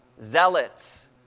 zealots